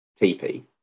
TP